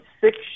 six